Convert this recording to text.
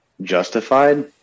justified